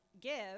Give